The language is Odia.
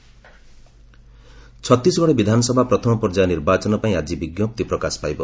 ଛତିଶଗଡ଼ ନୋଟିଫିକେସନ୍ ଛତିଶଗଡ଼ ବିଧାନସଭା ପ୍ରଥମ ପର୍ଯ୍ୟାୟ ନିର୍ବାଚନ ପାଇଁ ଆଜି ବିଜ୍ଞପ୍ତି ପ୍ରକାଶ ପାଇବ